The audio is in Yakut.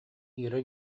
ира